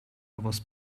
was